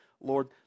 Lord